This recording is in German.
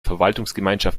verwaltungsgemeinschaft